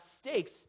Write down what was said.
stakes